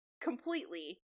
completely